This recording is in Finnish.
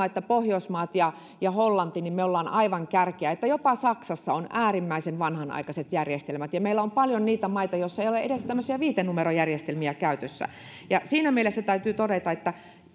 että me pohjoismaat ja ja hollanti olemme aivan kärkeä jopa saksassa on äärimmäisen vanhanaikaiset järjestelmät ja meillä on paljon niitä maita joissa ei ole edes tämmöisiä viitenumerojärjestelmiä käytössä siinä mielessä täytyy todeta että esimerkiksi